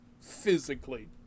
Physically